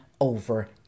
over